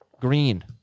green